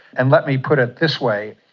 and let me put it this way,